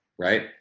right